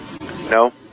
No